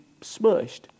smushed